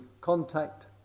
contact